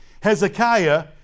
Hezekiah